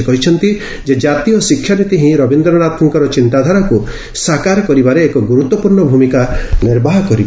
ସେ କହିଛନ୍ତି ଯେ ଜାତୀୟ ଶିକ୍ଷାନୀତି ହିଁ ରବୀନ୍ଦ୍ରନାଥଙ୍କର ଚିନ୍ତାଧାରାକୁ ସାକାର କରିବାରେ ଏକ ଗୁରୁତ୍ୱପୂର୍ଣ୍ଣ ଭୂମିକା ନିର୍ବାହ କରିବ